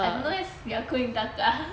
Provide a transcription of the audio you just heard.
I don't know if ya kun in taka